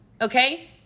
Okay